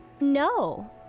No